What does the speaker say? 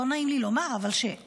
לא נעים לי לומר, אבל, החרדי.